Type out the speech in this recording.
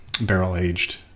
barrel-aged